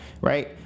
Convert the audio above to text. right